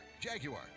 Jaguar